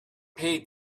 paid